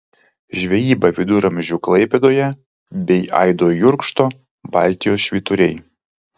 žvejyba viduramžių klaipėdoje bei aido jurkšto baltijos švyturiai